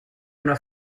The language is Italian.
una